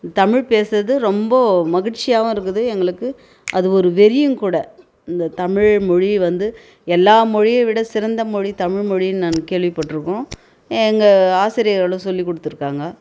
இந்த தமிழ் பேசுகிறது ரொம்ப மகிழ்ச்சியாகவும் இருக்குது எங்களுக்கு அது ஒரு வெறியும் கூட இந்த தமிழ்மொழி வந்து எல்லா மொழியை விட சிறந்த மொழி தமிழ்மொழினு நான் கேள்விப்பட்டிருக்கோம் எங்கள் ஆசிரியர்களும் சொல்லிக்கொடுத்துருக்காங்க